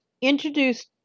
introduced